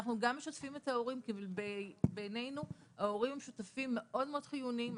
אנחנו גם משתפים את ההורים כי בעינינו הם שותפים מאוד חיוניים.